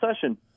session